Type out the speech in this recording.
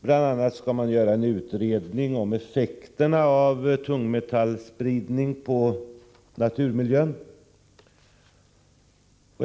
Det skall bl.a. göras en utredning om effekterna av tungmetallspridningen på naturmiljön.